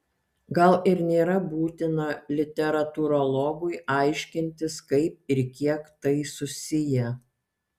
gal ir nėra būtina literatūrologui aiškintis kaip ir kiek tai susiję